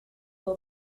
will